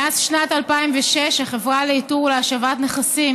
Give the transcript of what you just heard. קיבלה פטור מחובת הנחה.